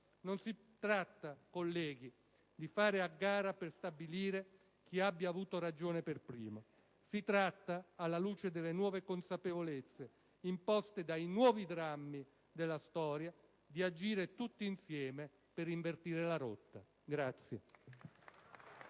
Non si tratta, colleghi, di fare a gara per stabilire chi abbia avuto ragione per primo. Si tratta, alla luce delle nuove consapevolezze imposte dai nuovi drammi della storia, di agire tutti insieme per invertire la rotta.